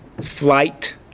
flight